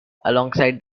alongside